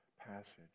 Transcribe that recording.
passage